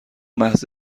محض